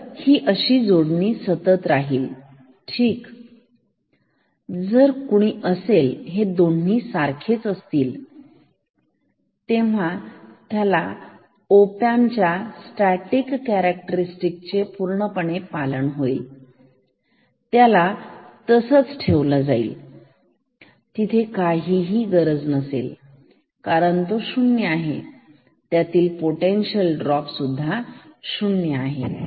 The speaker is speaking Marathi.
तर ही अशी जोडणी सतत राहील ठीक तर हे दोन्ही सारखेच असतील तेव्हा त्याच्या ओपॅम्प च्या स्टॅटिक कॅरेक्टरस्टिक चे पूर्णपणे पालन होईल त्याला तसंच ठेवलं जाईल तिथे काहीही गरज नसेल कारण तो शून्य आहे आणि त्यातील पोटेन्शिअल ड्रॉप सुद्धा शून्य आहे